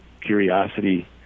curiosity